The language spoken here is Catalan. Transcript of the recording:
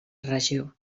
regió